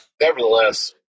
nevertheless